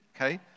okay